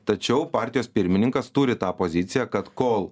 tačiau partijos pirmininkas turi tą poziciją kad kol